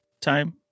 time